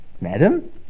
Madam